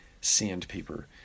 sandpaper